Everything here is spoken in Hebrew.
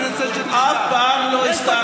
אף פעם לא הסתרתי.